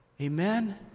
Amen